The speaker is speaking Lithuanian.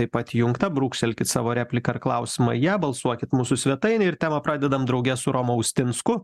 taip pat įjungta brūkštelkit savo repliką ar klausimą į ją balsuokit mūsų svetainėj ir temą pradedam drauge su romu austinsku